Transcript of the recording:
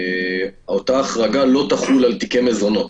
אותה החרגה לא תחול על תיקי מזונות,